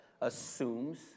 assumes